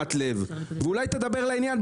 אולי תדבר לעניין,